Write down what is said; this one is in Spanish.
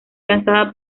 lanzada